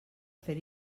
fer